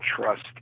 trust